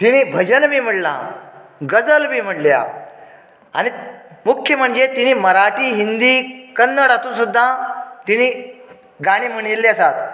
तिणी भजन बी म्हणलां गजल बी म्हणल्या आनी मुख्य म्हणजे तिणें मराठी हिंदी कन्नड हातूंत सुद्दां तिणी गाणी म्हणिल्ली आसात